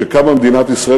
כשקמה מדינת ישראל,